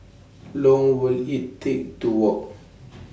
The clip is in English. Long Will IT Take to Walk